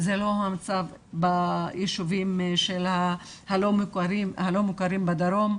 זה לא המצב ביישובים הלא מוכרים בדרום.